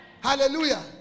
Hallelujah